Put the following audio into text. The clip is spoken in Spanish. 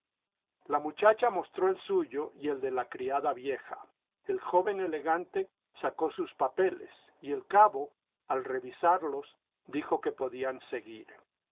la muchacha mostró el suyo y el de la criada vieja el joven elegante sacó sus papeles y el cabo al revisarlos dijo que podían seguir